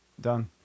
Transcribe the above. done